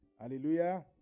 hallelujah